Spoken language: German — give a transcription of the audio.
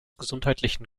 gesundheitlichen